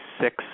six